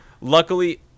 luckily